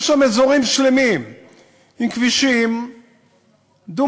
יש שם אזורים שלמים עם כבישים דו-מסלוליים,